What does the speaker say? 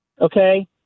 Okay